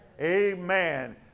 amen